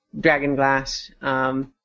Dragonglass